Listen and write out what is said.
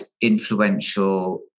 influential